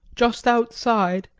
just outside,